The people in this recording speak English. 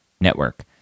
Network